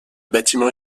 bâtiment